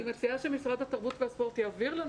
אני מציעה שמשרד התרבות והספורט יעביר לנו